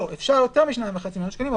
אפשר יותר מ-2.5 מיליון שקלים,